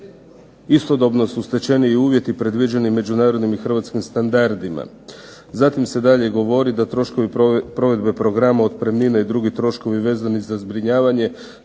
Istodobno su stečeni i uvjeti predviđeni međunarodnim i hrvatskim standardima. Zatim se dalje govori da troškovi provedbe programa, otpremnine i drugi troškovi vezani za zbrinjavanje